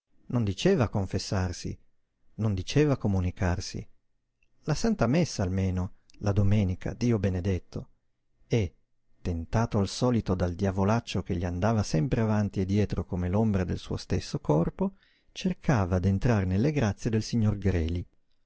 non diceva confessarsi non diceva comunicarsi la santa messa almeno la domenica dio benedetto e tentato al solito dal diavolaccio che gli andava sempre avanti e dietro come l'ombra del suo stesso corpo cercava d'entrar nelle grazie del signor greli